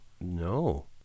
No